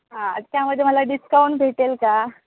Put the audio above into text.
हां त्यामध्ये मला डिस्काउंट भेटेल का